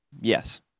yes